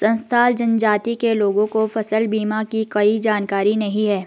संथाल जनजाति के लोगों को फसल बीमा की कोई जानकारी नहीं है